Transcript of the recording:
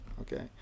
Okay